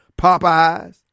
Popeyes